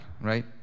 Right